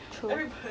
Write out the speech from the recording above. true